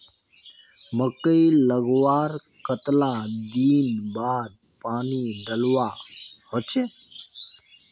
मकई लगवार कतला दिन बाद पानी डालुवा होचे?